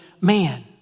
man